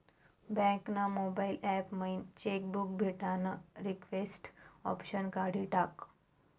bank ना mobile app मयीन cheque book भेटानं रिक्वेस्ट ऑप्शन काढी टाकं